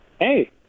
Hey